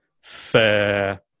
fair